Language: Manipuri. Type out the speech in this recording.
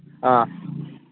ꯑꯥ